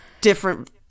different